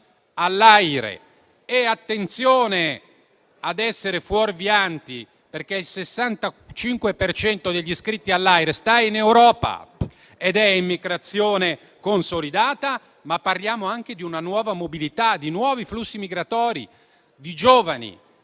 all'AIRE. E attenzione ad essere fuorvianti, perché il 65 per cento degli iscritti all'AIRE sta in Europa ed è emigrazione consolidata. Parliamo, però, anche di una nuova mobilità, di nuovi flussi migratori, di giovani